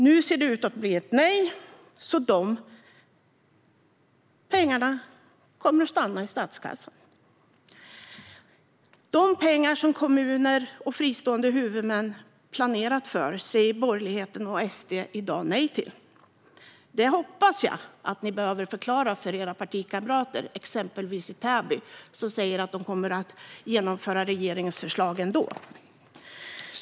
Nu ser det ut att bli ett nej, så de pengarna kommer att stanna i statskassan. De pengar som kommuner och fristående huvudmän planerat för säger borgerligheten och SD i dag nej till. Det hoppas jag att ni får förklara för era partikamrater i exempelvis Täby, som meddelat att de kommer att genomföra regeringens förslag ändå.